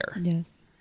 Yes